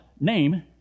name